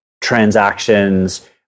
transactions